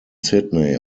sydney